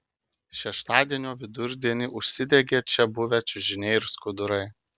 šeštadienio vidurdienį užsidegė čia buvę čiužiniai ir skudurai